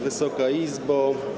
Wysoka Izbo!